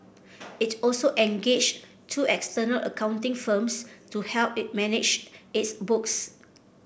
it also engaged two external accounting firms to help it manage its books